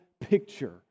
picture